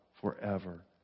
forever